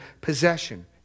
possession